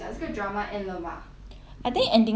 I think ending soon bah 好像是从